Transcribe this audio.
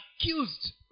accused